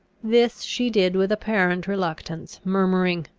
this she did with apparent reluctance, murmuring,